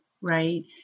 right